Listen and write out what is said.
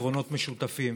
פתרונות משותפים.